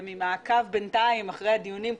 ממעקב בינתיים אחרי הדיונים,